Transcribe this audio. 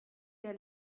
der